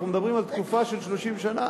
אנחנו מדברים על תקופה של 30 שנה,